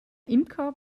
imker